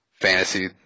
fantasy